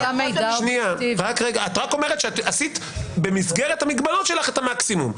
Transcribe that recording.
את רק אומרת שעשית במסגרת המגבלות שלך את המקסימום,